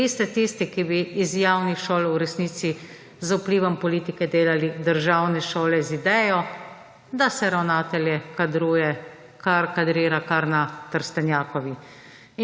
Vi ste tisti, ki bi iz javnih šol v resnici z vplivom politike delali državne šole z idejo, da se ravnatelje kadruje kar na Trstenjakovi.